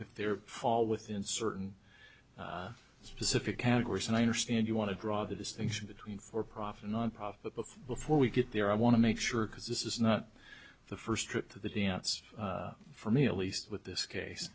if they're fall within certain specific categories and i understand you want to draw the distinction between for profit nonprofit before before we get there i want to make sure because this is not the first trip to the dance for me at least with this case